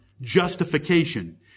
justification